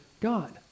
God